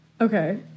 okay